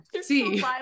See